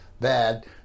bad